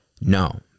No